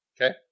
Okay